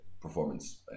performance